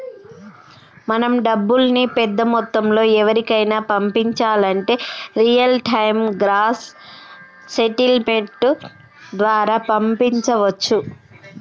మనం డబ్బుల్ని పెద్ద మొత్తంలో ఎవరికైనా పంపించాలంటే రియల్ టైం గ్రాస్ సెటిల్మెంట్ ద్వారా పంపించవచ్చు